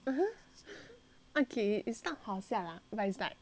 okay it's not 好笑 lah but it's like embarrassing